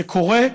זה קורה.